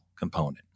component